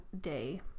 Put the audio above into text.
day